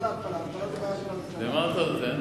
למה אתה נותן?